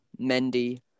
Mendy